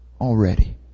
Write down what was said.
already